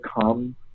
come